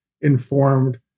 informed